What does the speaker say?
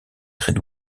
très